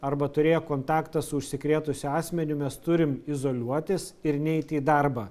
arba turėję kontaktą su užsikrėtusiu asmeniu mes turim izoliuotis ir neiti į darbą